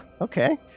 okay